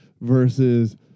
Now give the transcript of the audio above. versus